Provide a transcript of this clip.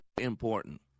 important